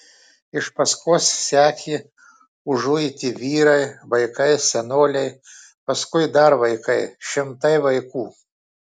iš paskos sekė užuiti vyrai vaikai senoliai paskui dar vaikai šimtai vaikų